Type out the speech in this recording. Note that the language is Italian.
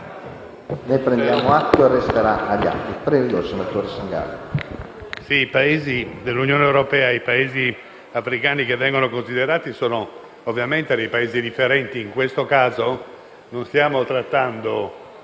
I Paesi dell'Unione europea e i Paesi africani che vengono considerati sono ovviamente dei Paesi differenti. In questo caso non stiamo trattando